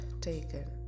taken